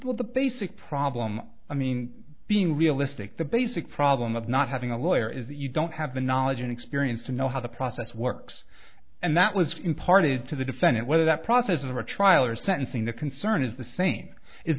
with the basic problem i mean being realistic the basic problem of not having a lawyer is that you don't have the knowledge and experience to know how the process works and that was imparted to the defendant whether that process of a trial or sentencing the concern is the same i